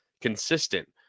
consistent